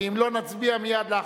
התש"ע 2010,